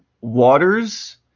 Waters